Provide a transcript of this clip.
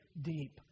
deep